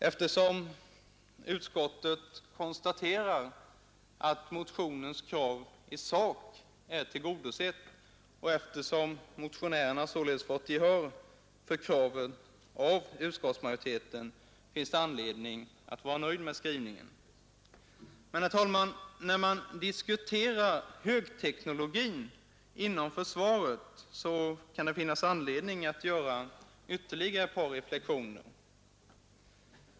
Eftersom utskottet konstaterar att motionens krav är i sak tillgodosett och eftersom motionärerna således fått gehör för sitt krav av utskottsmajoriteten finns det anledning att vara nöjd med skrivningen. Men, herr talman, när man diskuterar högteknologin inom försvaret finns det anledning att göra ytterligare ett par reflexioner.